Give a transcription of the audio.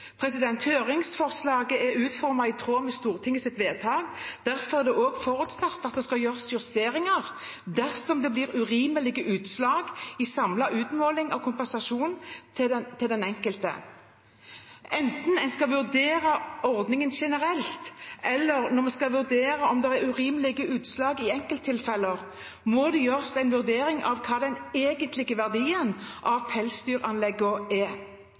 Høringsforslaget er utformet i tråd med Stortingets vedtak. Derfor er det også forutsatt at det skal gjøres justeringer dersom det blir urimelige utslag i samlet utmåling av kompensasjon til den enkelte. Både når en skal vurdere ordningen generelt, og når en skal vurdere om det er urimelige utslag i enkelttilfeller, må det gjøres en vurdering av hva som er den egentlige verdien av